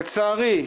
לצערי,